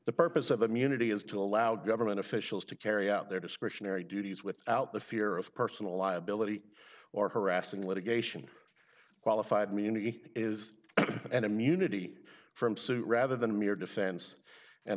the purpose of immunity is to allow government officials to carry out their discretionary duties without the fear of personal liability or harassing litigation qualified immunity is an immunity from suit rather than mere defense and